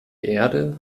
erde